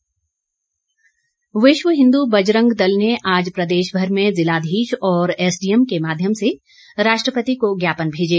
विश्व हिन्दू विश्व हिन्दू बजरंग दल ने आज प्रदेश भर में ज़िलाधीश और एसडीएम के माध्यम से राष्ट्रपति को ज्ञापन भेजे